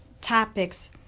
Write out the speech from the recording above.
topics